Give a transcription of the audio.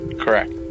Correct